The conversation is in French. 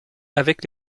avec